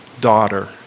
daughter